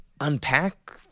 unpack